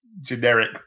generic